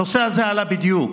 הנושא הזה עלה בדיוק,